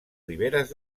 riberes